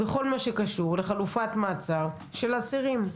בכל מה שקשור לחלופת מעצר של אסירים.